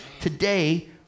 Today